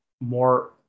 more